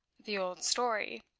the old story,